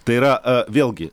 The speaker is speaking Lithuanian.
tai yra vėlgi